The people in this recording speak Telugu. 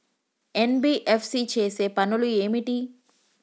ఎన్.బి.ఎఫ్.సి చేసే పనులు ఏమిటి?